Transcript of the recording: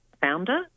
founder